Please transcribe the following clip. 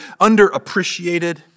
underappreciated